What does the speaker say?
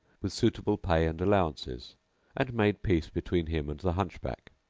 with suitable pay and allowances and made peace between him and the hunchback,